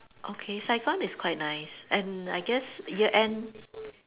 okay Saigon is quite nice and I guess year end